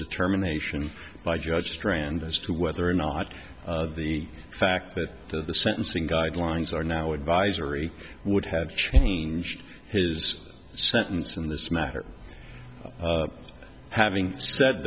determination by judge strand as to whether or not the fact that the sentencing guidelines are now advisory would have changed his sentence in this matter having said